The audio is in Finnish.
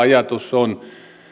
ajatus on